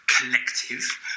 collective